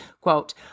Quote